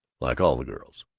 like all the girls.